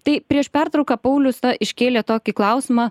tai prieš pertrauką paulius ta iškėlė tokį klausimą